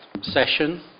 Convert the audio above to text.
session